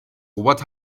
robert